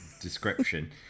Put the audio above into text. description